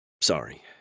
Sorry